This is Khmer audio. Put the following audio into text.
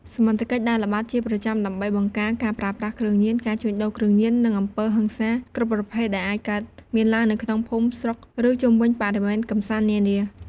សមត្ថកិច្ចដើរល្បាតជាប្រចាំដើម្បី បង្ការការប្រើប្រាស់គ្រឿងញៀន ការជួញដូរគ្រឿងញៀន និងអំពើហិង្សា គ្រប់ប្រភេទដែលអាចកើតមានឡើងនៅក្នុងភូមិស្រុក ឬជុំវិញបរិវេណកម្សាន្តនានា។